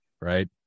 Right